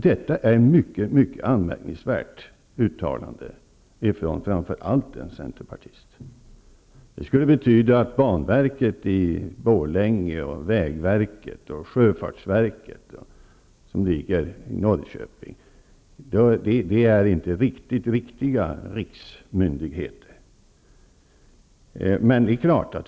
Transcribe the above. Detta är ett mycket anmärkningsvärt uttalande från framför allt en centerpartist. Det skulle betyda att banverket i Borlänge och vägverket och sjöfartsverket, som ligger i Norrköping, inte är riktigt riktiga riksmyndigheter.